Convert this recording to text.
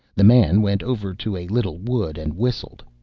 the man went over to a little wood, and whistled.